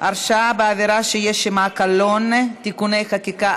הרשעה בעבירה שיש עימה קלון (תיקוני חקיקה),